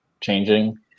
changing